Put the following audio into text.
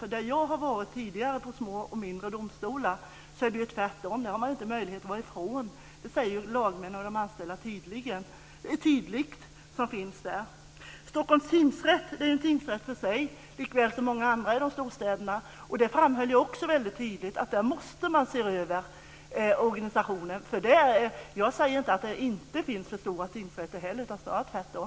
Jag har tidigare varit på små och mindre domstolar, och där är det tvärtom. Där har man inte möjlighet att gå ifrån. Lagmän och anställda som finns där säger det tydligt. Stockholms tingsrätt är en tingsrätt för sig, liksom många andra tingsrätter i storstäderna. Jag framhöll också tydligt att där måste man se över organisationen. Jag säger inte att det inte finns för stora tingsrätter, snarare tvärtom.